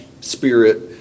spirit